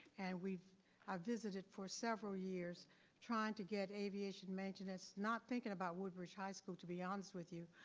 and we've visited for several years trying to get aviation maintenance not thinking about woodbridge high school to be honest with you,